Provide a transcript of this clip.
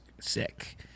sick